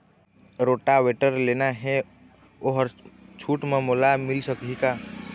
Rotavator लेना हे ओहर छूट म मोला मिल सकही का?